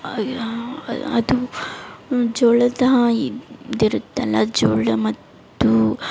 ಅದು ಜೋಳದ ಇದಿರುತ್ತಲ್ಲ ಜೋಳ ಮತ್ತು